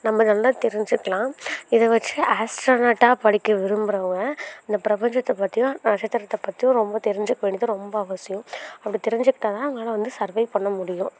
நம்ம நல்லா தெரிஞ்சுக்கலாம் இதை வெச்சு ஆஸ்ட்ரோநட்டாக படிக்க விரும்புகிறவங்க இந்த பிரபஞ்சத்தை பற்றியும் நட்சத்திரத்தை பற்றியும் ரொம்ப தெரிஞ்சுக்க வேண்டியது ரொம்ப அவசியம் அப்படி தெரிஞ்சுக்கிட்டா தான் அவங்களால வந்து சர்வே பண்ணமுடியும்